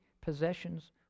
possessions